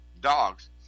dogs